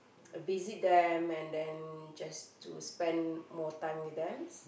visit them and then just to spend more time with them